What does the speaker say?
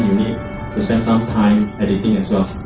to spend some time editing as ah